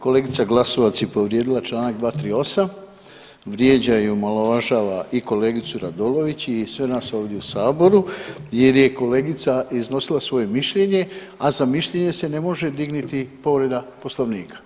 Kolegica Glasovac je povrijedila čl. 238., vrijeđa i omalovažava i kolegicu Radolović i sve nas ovdje u saboru jer je kolegica iznosila svoje mišljenje, a za mišljenje se ne može dignuti povreda Poslovnika.